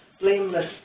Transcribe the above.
blameless